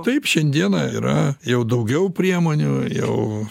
taip šiandieną yra jau daugiau priemonių jau